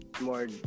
more